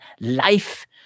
life